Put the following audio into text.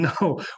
no